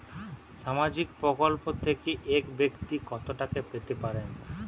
সামাজিক প্রকল্প থেকে এক ব্যাক্তি কত টাকা পেতে পারেন?